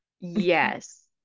yes